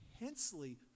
intensely